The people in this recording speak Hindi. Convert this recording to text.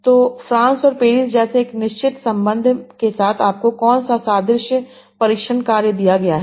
तो फ्रांस और पेरिस जैसे एक निश्चित संबंध के साथ आपको कौन सा सादृश्य परीक्षण कार्य दिया गया है